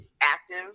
active